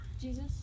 Jesus